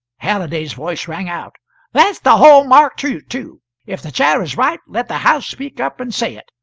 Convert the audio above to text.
halliday's voice rang out that's the hall-marked truth, too! if the chair is right, let the house speak up and say it.